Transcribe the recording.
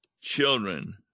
children